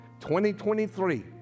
2023